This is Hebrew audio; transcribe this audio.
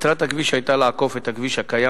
מטרת הכביש היתה לעקוף את הכביש הקיים,